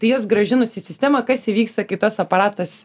tai jas grąžinus į sistemą kas įvyksta kai tas aparatas